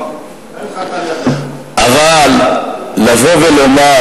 אבל לבוא ולומר,